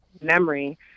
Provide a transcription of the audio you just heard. memory